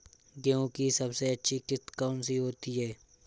गेहूँ की सबसे अच्छी किश्त कौन सी होती है?